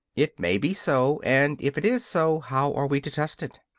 it may be so, and if it is so how are we to test it?